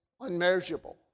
unmeasurable